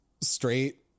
straight